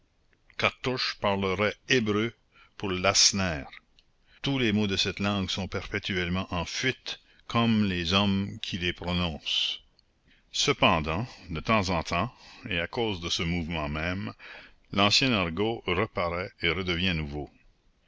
cartouche parlerait hébreu pour lacenaire tous les mots de cette langue sont perpétuellement en fuite comme les hommes qui les prononcent cependant de temps en temps et à cause de ce mouvement même l'ancien argot reparaît et redevient nouveau